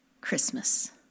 Christmas